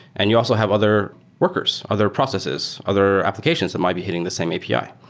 and you also have other workers, other processes, other applications that might be hitting this same api.